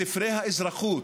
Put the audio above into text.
בספרי האזרחות